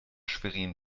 schwerin